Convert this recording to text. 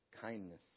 kindness